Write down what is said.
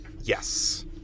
Yes